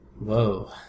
Whoa